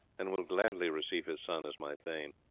and will gladly receive his son as my thane.